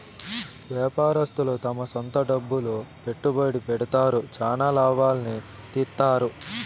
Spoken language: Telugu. వ్యాపారస్తులు తమ సొంత డబ్బులు పెట్టుబడి పెడతారు, చానా లాభాల్ని తీత్తారు